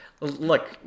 look